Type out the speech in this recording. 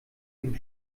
dem